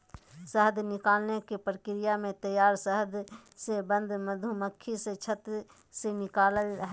शहद निकालने के प्रक्रिया में तैयार शहद से बंद मधुमक्खी से छत्त से निकलैय हइ